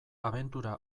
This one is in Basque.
abentura